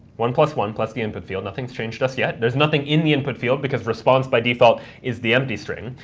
one plus one plus the input field, nothing's changed just yet. there's nothing in the input field because the response by default is the empty string.